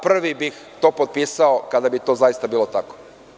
Prvi bih to potpisao kada bi to zaista bilo tako.